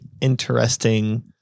interesting